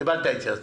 קיבלת התייעצות.